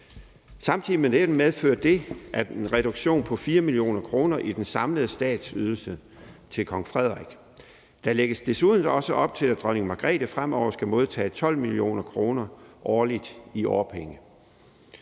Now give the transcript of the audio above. Samtidig medfører det en reduktion på 4 mio. kr. i den samlede statsydelse til kong Frederik. Der lægges desuden også op til, at dronning Margrethe fremover skal modtage 12 mio. kr. årligt i årpenge.